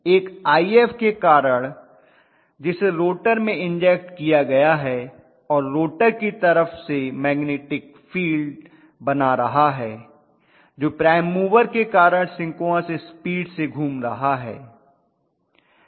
एक If के कारण है जिसे रोटर में इंजेक्ट किया गया है और रोटर की तरफ से मैग्नेटिक फील्ड बना रहा है जो प्राइम मूवर के कारण सिंक्रोनस स्पीड से घूम रहा है